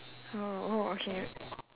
oh oh okay